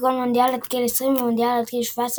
כגון המונדיאל עד גיל 20 ומונדיאל עד גיל 17,